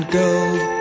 gold